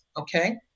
Okay